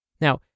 Now